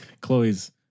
Chloe's